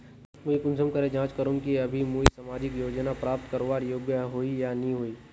मुई कुंसम करे जाँच करूम की अभी मुई सामाजिक योजना प्राप्त करवार योग्य होई या नी होई?